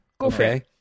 Okay